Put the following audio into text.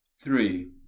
three